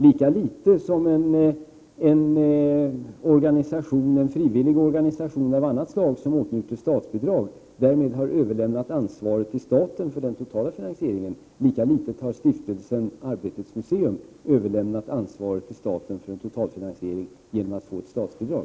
Lika litet som en frivillig organisation av annat slag som åtnjuter statsbidrag därmed har överlämnat ansvaret till staten för den totala finansieringen, lika litet har Stiftelsen Arbetets museum överlämnat ansvaret till staten för en totalfinansiering genom att få ett statsbidrag.